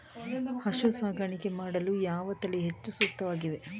ಹಸು ಸಾಕಾಣಿಕೆ ಮಾಡಲು ಯಾವ ತಳಿ ಹೆಚ್ಚು ಸೂಕ್ತವಾಗಿವೆ?